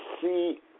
see